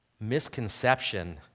misconception